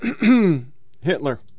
Hitler